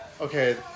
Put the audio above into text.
Okay